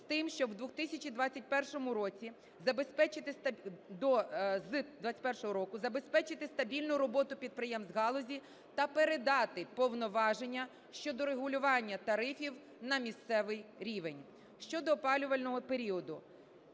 до… з 21-го року забезпечити стабільну роботу підприємств галузі та передати повноваження щодо регулювання тарифів на місцевий рівень. Щодо опалювального періоду.